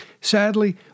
Sadly